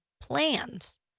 plans